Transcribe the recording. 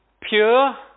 pure